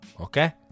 okay